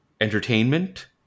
entertainment